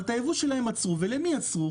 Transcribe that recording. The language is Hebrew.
אבל את הייבוא שלהם עצרו ולמי עצרו?